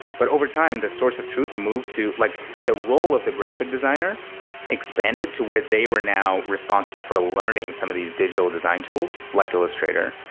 but over time, the source of truth moved to like the role of the graphic designer expanded to where they were now responsible for learning some of these digital design tools, like illustrator,